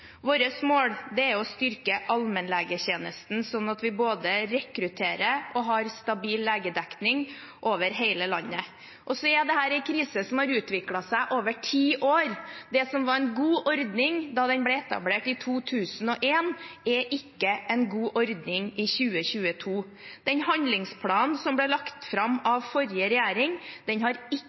Vårt mål er å styrke allmennlegetjenesten sånn at vi både rekrutterer og har stabil legedekning over hele landet. Dette er en krise som har utviklet seg over ti år. Det som var en god ordning da den ble etablert i 2001, er ikke en god ordning i 2022. Den handlingsplanen som ble lagt fram av forrige regjering, har ikke gitt ønsket effekt. Den har